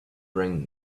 bring